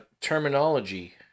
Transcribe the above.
terminology